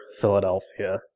Philadelphia